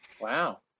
Wow